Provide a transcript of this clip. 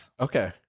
Okay